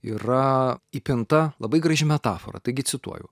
yra įpinta labai graži metafora taigi cituoju